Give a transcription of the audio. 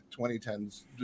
2010's